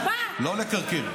לא לקרקר.